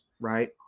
right